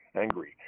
angry